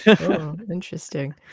Interesting